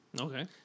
Okay